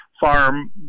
farm